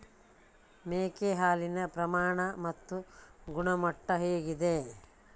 ಮೇಕೆ ಹಾಲಿನ ಪ್ರಮಾಣ ಮತ್ತು ಗುಣಮಟ್ಟ ಹೇಗಿದೆ?